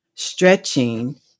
Stretching